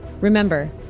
Remember